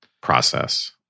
process